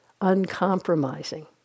uncompromising